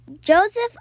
Joseph